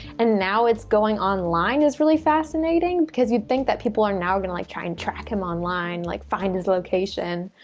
and now it's going online is really fascinating, because you'd think that people are now gonna like try and track him online, like find his location.